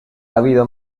habido